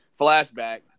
flashback